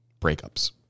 breakups